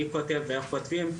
מי כותב ואיך כותבים,